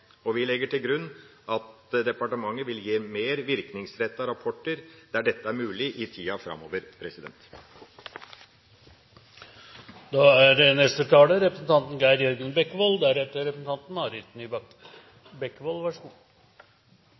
Vi legger til grunn til at departementet vil gi mer virkningsrettete rapporter der dette er mulig, i tida framover. I Dokument nr. 1 er